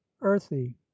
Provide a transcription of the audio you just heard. earthy